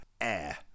air